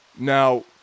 now